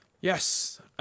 Yes